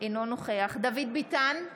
אינו נוכח דוד ביטן,